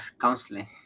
counseling